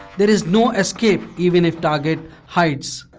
there is no escape even if target hides.